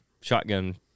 shotgun